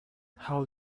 how